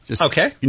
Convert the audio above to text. Okay